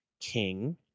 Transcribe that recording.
king